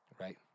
Right